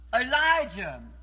Elijah